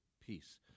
peace